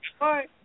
Hi